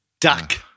duck